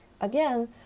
Again